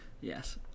Yes